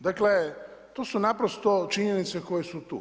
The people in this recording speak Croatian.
Dakle, to su naprosto činjenice koje su tu.